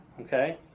okay